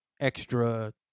extra